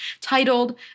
titled